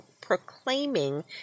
proclaiming